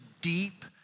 deep